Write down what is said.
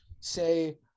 say